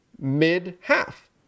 mid-half